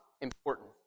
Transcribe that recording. important